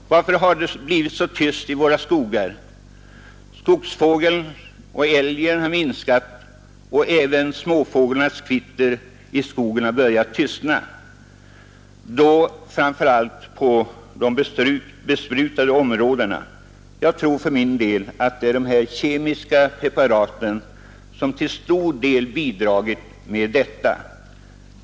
Varför har det blivit så tyst i våra skogar? Skogsfågel och älg har minskat, och även småfåglarnas kvitter i skogen har börjat tystna, framför allt i de besprutade områdena. Jag tror för min del att dessa kemiska preparat till stor del har bidragit till detta.